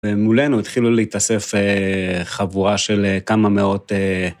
ומולנו התחילו להתאסף חבורה של כמה מאות...